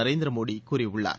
நரேந்திர மோடி கூறியுள்ளார்